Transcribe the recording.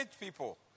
people